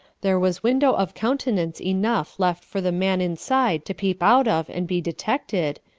there was window of countenance enough left for the man inside to peep out of and be detected,